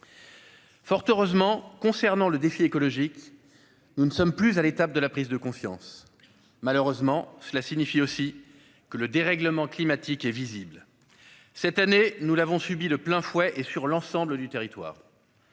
Fort heureusement, concernant le défi écologique, nous n'en sommes plus à l'étape de la prise de conscience. Malheureusement, cela signifie aussi que le dérèglement climatique est visible. Cette année, nous l'avons subi de plein fouet et sur l'ensemble du territoire.